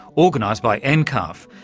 organised by and nccarf,